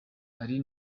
ari